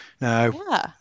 Now